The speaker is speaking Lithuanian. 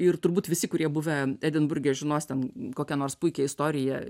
ir turbūt visi kurie buvę edinburge žinos tam kokią nors puikią istoriją